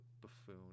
buffoon